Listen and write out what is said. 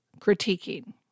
critiquing